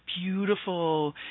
beautiful